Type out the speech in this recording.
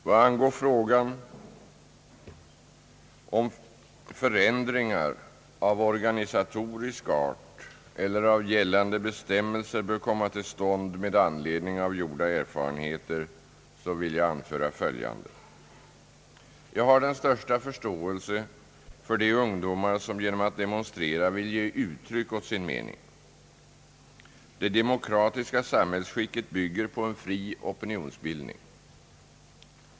Vad angår frågan huruvida förändringar av organisatorisk art eller av gällande bestämmelser bör komma till stånd med anledning av gjorda erfarenheter vill jag anföra följande. Jag har den största förståelse för de ungdomar som genom att demonstrera vill ge uttryck åt sin mening. Det de mokratiska samhällsskicket bygger på en fri opinionsbildning.